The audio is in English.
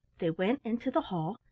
they went into the hall,